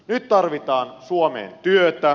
nyt tarvitaan suomeen työtä